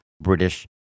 British